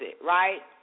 right